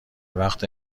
وقت